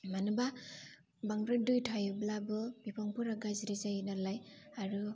मानो होनोब्ला बांद्राय दै थायोब्लाबो बिफांफोरा गाज्रि जायो नालाय आरो